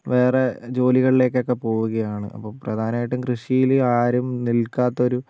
വേറെ ജോലികളിലേക്കൊക്കെ പോവുകയാണ് അപ്പം പ്രധാനമായിട്ടും കൃഷിയിൽ ആരും നിൽക്കാത്തൊരു